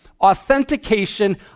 authentication